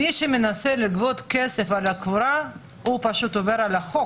מי שמנסה לגבות כסף על הקבורה פשוט עובר על החוק.